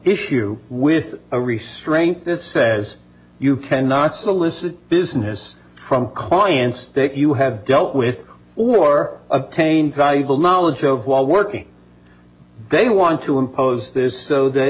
issue with a restraint this says you cannot solicit business from clients that you have dealt with or obtain valuable knowledge of while working they want to impose this so that